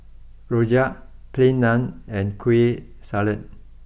Rojak Plain Naan and Kueh salat